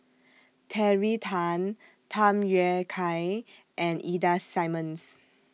Terry Tan Tham Yui Kai and Ida Simmons